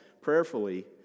prayerfully